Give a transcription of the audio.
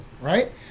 right